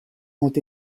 ont